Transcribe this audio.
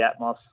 Atmos